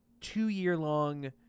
two-year-long